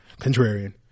contrarian